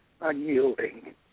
unyielding